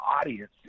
audience